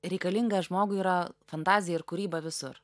reikalinga žmogui yra fantazija ir kūryba visur